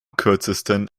kürzesten